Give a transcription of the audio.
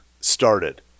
started